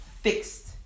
fixed